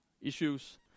issues